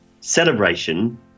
celebration